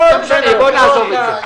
בוא נעזוב את זה.